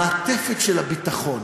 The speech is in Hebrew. המעטפת של הביטחון.